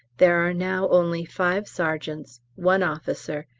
there are now only five sergeants, one officer,